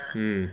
mm